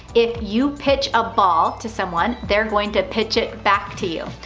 if you pitch a ball to someone, they're going to pitch it back to you.